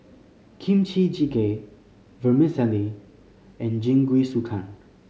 Kimchi Jjigae Vermicelli and Jingisukan